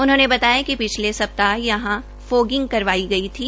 उन्होंने बताया कि पिछले सप्ताह यहां फोगिंग करवाई गई थी